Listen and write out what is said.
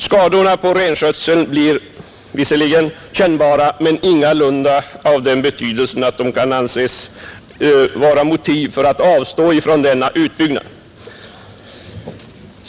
Skadorna på renskötseln blir visserligen kännbara men ingalunda av den betydelsen att de kan anses vara motiv för att avstå från denna utbyggnad.